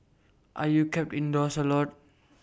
are you kept indoors A lot